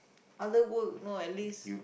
other work no at least